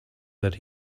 that